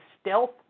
stealth